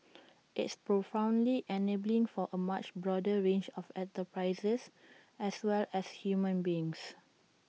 it's profoundly enabling for A much broader range of enterprises as well as human beings